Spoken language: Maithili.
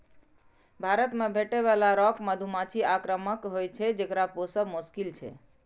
भारत मे भेटै बला रॉक मधुमाछी आक्रामक होइ छै, जेकरा पोसब मोश्किल छै